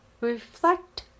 Reflect